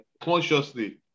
consciously